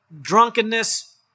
drunkenness